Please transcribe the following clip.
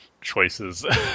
choices